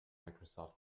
microsoft